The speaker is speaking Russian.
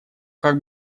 как